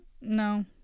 no